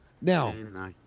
Now